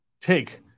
take